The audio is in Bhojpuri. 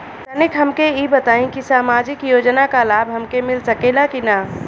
तनि हमके इ बताईं की सामाजिक योजना क लाभ हमके मिल सकेला की ना?